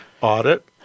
audit